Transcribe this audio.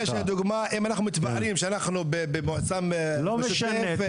אני נתתי דוגמא אם אנחנו מתפארים שאנחנו במועצה משותפת --- לא משנה,